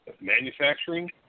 Manufacturing